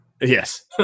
Yes